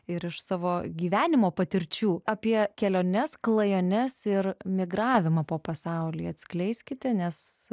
ir iš savo gyvenimo patirčių apie keliones klajones ir migravimą po pasaulį atskleiskite nes